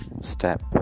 step